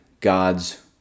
God's